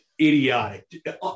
Idiotic